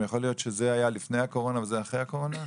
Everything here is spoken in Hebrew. יכול להיות שזה היה לפני הקורונה וזה אחרי הקורונה?